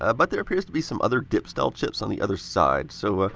ah but there appears to be some other dip style chips on the other side. so,